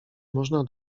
można